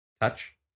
touch